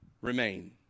remain